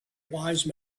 wise